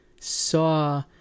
saw